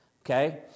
Okay